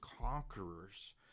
conquerors